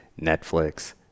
Netflix